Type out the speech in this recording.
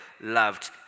loved